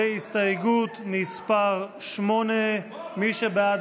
הסתייגות מס' 8. מי שבעד,